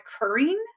occurring